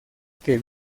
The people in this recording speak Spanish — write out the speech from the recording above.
que